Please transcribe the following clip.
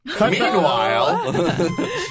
Meanwhile